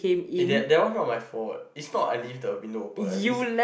eh that that one not my fault is not I leave the window open is